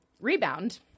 rebound